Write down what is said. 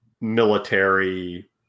military